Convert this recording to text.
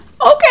okay